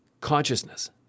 consciousness